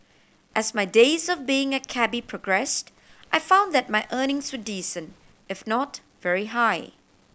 as my days of being a cabby progressed I found that my earnings were decent if not very high